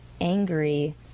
angry